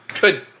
Good